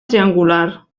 triangular